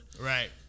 Right